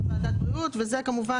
בכל מקום,